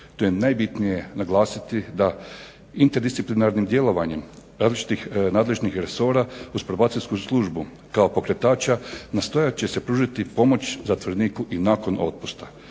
Tu je najbitnije naglasiti da interdisciplinarnim djelovanjem različitih nadležnih resora uz probacijsku službu kao pokretača nastojat će se pružiti pomoć zatvoreniku i nakon otpusta.